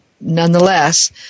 Nonetheless